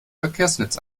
verkehrsnetz